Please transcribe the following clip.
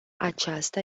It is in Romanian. aceasta